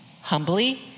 humbly